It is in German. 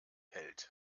hält